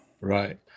Right